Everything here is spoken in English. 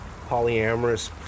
polyamorous